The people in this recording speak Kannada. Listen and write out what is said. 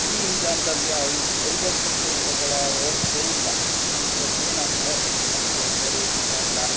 ಈಗಿನ ಜನರಲ್ಲಿ ಅವಿ ಅವಿಭಕ್ತ ಕುಟುಂಬಗಳ ವ್ಯವಸ್ಥೆ ಇಲ್ಲ ಈಗ ಏನಂದರೆ ಮಕ್ಕಳು ಮರಿ ಗಂಡ